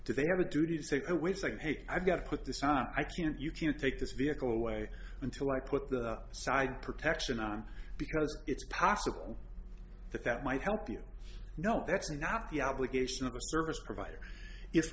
do they have a duty to say it was like hey i've got to put this on i can't you can't take this vehicle away until i put the side protection on because it's possible that that might help you know that's not the allegation that the service provider if